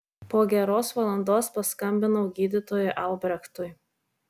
po geros valandos paskambinau gydytojui albrechtui